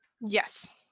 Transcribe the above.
Yes